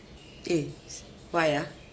eh s~ why ah